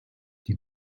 die